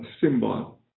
symbol